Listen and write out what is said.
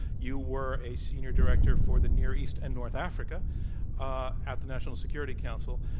you were a senior director for the near east and north africa ah at thenational security council.